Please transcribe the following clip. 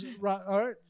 right